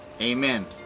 Amen